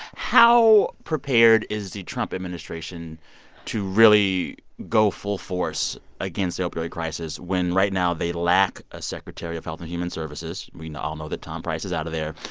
how prepared is the trump administration to really go full-force against the opioid crisis when right now they lack a secretary of health and human services? we all know that tom price is out of there.